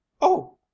Oh